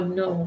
no